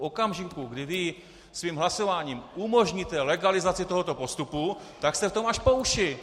V okamžiku, kdy vy svým hlasováním umožníte legalizaci tohoto postupu, tak jste v tom až po uši.